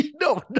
no